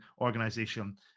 organization